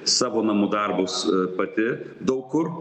savo namų darbus pati daug kur